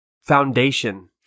foundation